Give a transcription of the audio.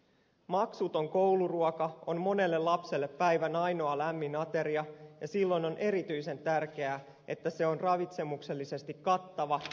maksuton kouluruoka on monelle lapselle päivän ainoa lämmin ateria ja silloin on erityisen tärkeää että se on ravitsemuksellisesti kattava ja terveellinen